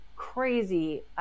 crazy